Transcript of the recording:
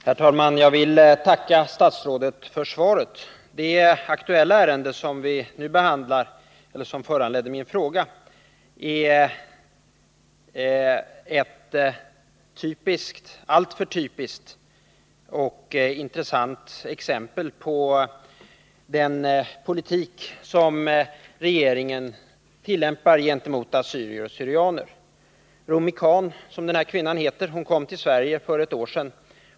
Herr talman! Jag ber att få tacka statsrådet för svaret. Det ärende som vi nu behandlar och som föranledde min fråga är ett alltför typiskt exempel på den politik som regeringen tillämpar gentemot assyrier. Rumi Can, som kvinnan det aktuella fallet heter, kom till Sverige för ett år sedan.